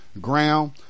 ground